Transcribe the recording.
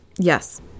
Yes